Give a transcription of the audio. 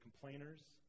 complainers